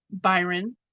Byron